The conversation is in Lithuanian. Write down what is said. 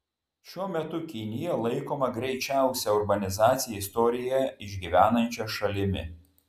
šiuo metu kinija laikoma greičiausią urbanizaciją istorijoje išgyvenančia šalimi